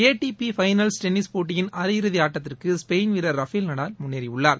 ATP finals tennis போட்டியின் அரையிறுதி ஆட்டத்திற்கு ஸ்பெயின் வீரர் ரஃபெல் நடால் முன்னேறியுள்ளார்